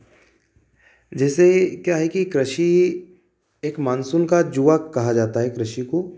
जैसे क्या है कि कृषि एक मानसून का जुआ कहा जाता है कृषि को